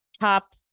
top